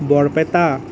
Barpeta